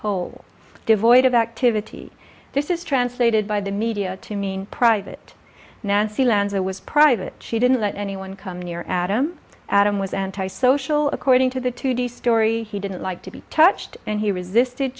hole devoid of activity this is translated by the media to mean private nancy lanza was private she didn't let anyone come near adam adam was anti social according to the to the story he didn't like to be touched and he resisted